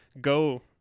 go